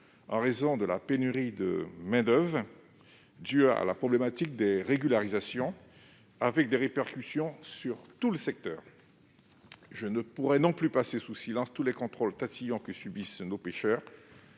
en raison de la pénurie de main-d'oeuvre qui est due à la problématique des régularisations et qui a des répercussions sur tout le secteur. Je ne puis non plus passer sous silence les nombreux contrôles tatillons que subissent nos pêcheurs,